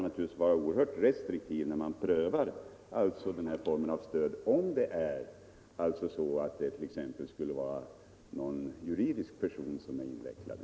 Naturligtvis skall man vara restriktiv när man prövar den här formen av stöd, om exempelvis någon juridisk person skulle vara invecklad i sammanhanget.